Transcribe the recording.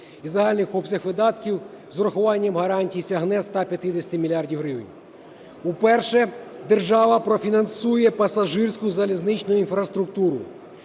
і загальний обсяг видатків з урахуванням гарантій сягне 150 мільярдів гривень. Уперше держава профінансує пасажирську залізничну інфраструктуру.